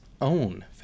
own